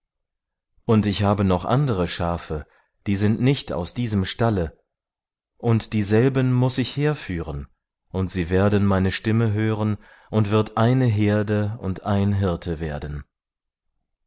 und ich habe noch andere schafe die sind nicht aus diesem stalle und dieselben muß ich herführen und sie werden meine stimme hören und wird eine herde und ein hirte werden